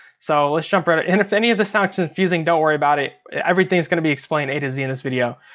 so, let's jump right ah in and if any of this sounds confusing, don't worry about it, everything's gonna be explained a to z in this video.